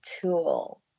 tool